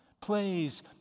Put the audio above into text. Plays